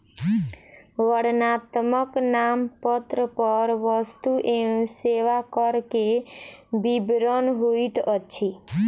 वर्णनात्मक नामपत्र पर वस्तु एवं सेवा कर के विवरण होइत अछि